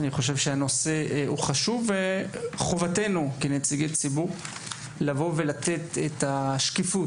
אני חושב שהנושא הוא חשוב וחובתנו כנציגי ציבור לבוא ותת את השקיפות,